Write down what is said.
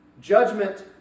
Judgment